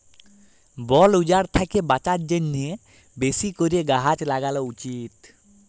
বল উজাড় থ্যাকে বাঁচার জ্যনহে বেশি ক্যরে গাহাচ ল্যাগালো উচিত